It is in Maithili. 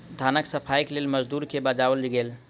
धानक सफाईक लेल मजदूर के बजाओल गेल